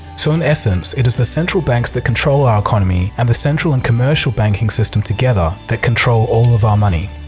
so, in essence, it is the central banks that control our economy and the central and commercial banking system together that control all of our money.